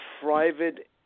private